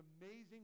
amazing